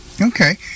Okay